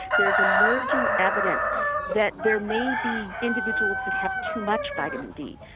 there is emerging evidence that there may be individuals that have too much vitamin d.